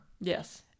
Yes